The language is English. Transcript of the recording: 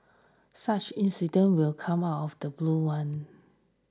such incident will come out of the blue one